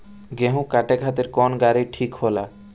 गेहूं काटे खातिर कौन गाड़ी ठीक होला?